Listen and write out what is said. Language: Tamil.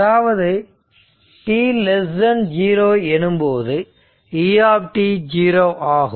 எனவே t0 எனும்போது u 0 ஆகும்